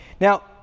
Now